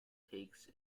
takes